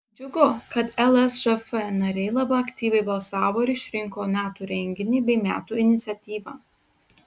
džiugu kad lsžf nariai labai aktyviai balsavo ir išrinko metų renginį bei metų iniciatyvą